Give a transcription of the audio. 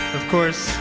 of course,